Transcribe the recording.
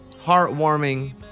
heartwarming